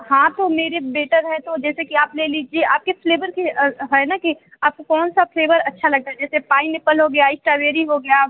हाँ तो मेरे बेटर हैं तो जैसे कि आप ले लीजिए आपके फ्लेवर के है ना कि आपको कौन सा फ्लेवर अच्छा लगता है जैसे पाइनएप्पल हो गया इस्टाबेरी हो गया